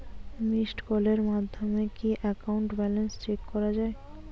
Missed কলের মাধ্যমে কি একাউন্ট ব্যালেন্স চেক করা যায়?